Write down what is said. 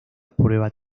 prueba